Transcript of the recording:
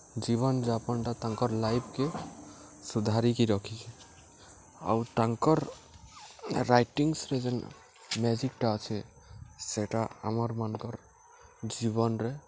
ଜୀବନ୍ଯାପନ୍ଟା ତାଙ୍କର୍ ଲାଇଫ୍କେ ସୁଧାରିକି ରଖିଛେ ଆଉ ତାଙ୍କର୍ ରାଇଟିଙ୍ଗ୍ସରେ ଯେନ୍ ମେଜିକ୍ଟା ଅଛେ ସେଟା ଆମର୍ମାନ୍ଙ୍କର୍ ଜୀବନ୍ରେ